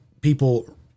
people